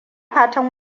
fatan